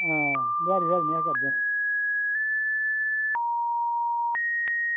आं दुहार निं अस करदे